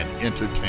entertain